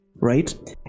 right